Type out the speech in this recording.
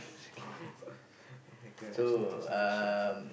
!oh-my-God! I swear just now get shock